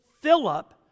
philip